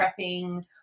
prepping